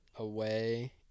Away